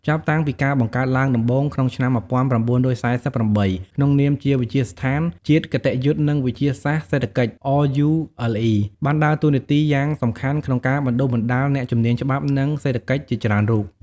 ចាប់តាំងពីការបង្កើតឡើងដំបូងក្នុងឆ្នាំ ១៩៤៨ ក្នុងនាមជាវិទ្យាស្ថានជាតិគតិយុត្តិ និងវិទ្យាសាស្ត្រសេដ្ឋកិច្ច RULE បានដើរតួនាទីយ៉ាងសំខាន់ក្នុងការបណ្តុះបណ្តាលអ្នកជំនាញច្បាប់ និងសេដ្ឋកិច្ចជាច្រើនរូប។